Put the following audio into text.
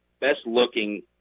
best-looking